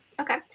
okay